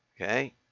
Okay